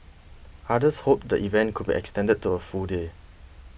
others hoped the event could be extended to a full day